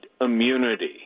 immunity